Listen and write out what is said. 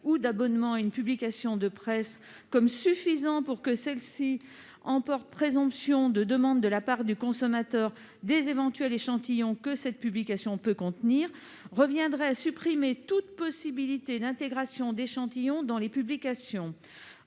ou d'abonnement à une publication de presse comme suffisant pour que celle-ci emporte « présomption de demande de la part du consommateur des éventuels échantillons que cette publication peut contenir » reviendrait à supprimer toute possibilité d'intégration d'échantillon dans les publications.